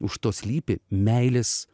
už to slypi meilės